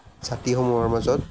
জাতিসমূহৰ মাজত